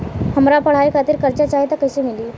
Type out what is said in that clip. हमरा पढ़ाई खातिर कर्जा चाही त कैसे मिली?